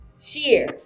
sheer